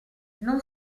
non